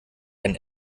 einen